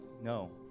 No